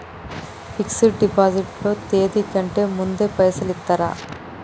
Fix డ్ deposit లో తేది కంటే ముందే పైసలు ఇత్తరా?